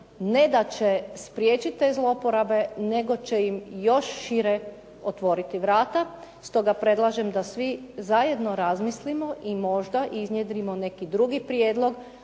ne da će spriječiti te zloporabe, nego će im još šire otvoriti vrata. Stoga predlažem da svi zajedno razmislimo i možda iznjedrimo neki drugi prijedlog,